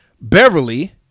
Beverly